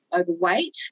overweight